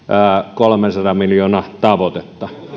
kolmensadan miljoonan tavoitetta